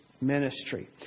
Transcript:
Ministry